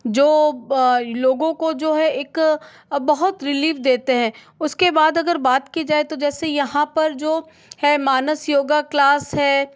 जो लोगों को जो है एक बहुत रिलीफ़ देते हैं उसके बाद अगर बात की जाए तो जैसे यहाँ पर जो है मानस योग क्लास है